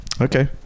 Okay